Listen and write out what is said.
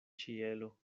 ĉielo